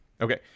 Okay